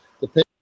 depending